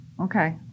Okay